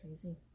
crazy